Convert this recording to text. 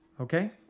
okay